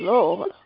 Lord